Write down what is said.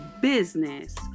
business